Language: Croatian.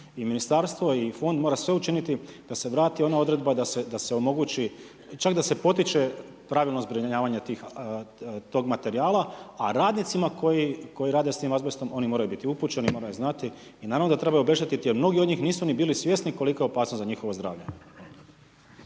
I ministarstvo i fond mora sve učiniti da se vrati ona odredba da se omogućiti, čak da se potiče pravilno zbrinjavanje tog materijala, a radnicima koji rade s tim azbestom moraju biti upućeni, moraju znati i naravno da trebaju obeštetiti, jer mnogi od njih nisu ni bili svjesni kolika je opasnost za njihovo zdravlje.